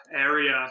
area